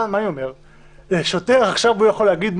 הרי שוטר יכול להגיד,